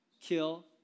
kill